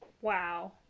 Wow